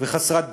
וחסרת דרך.